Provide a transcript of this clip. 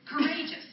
courageous